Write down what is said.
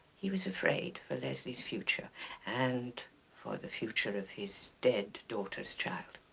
he was afraid for leslie's future and for the future of his dead daughter's child.